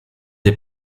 des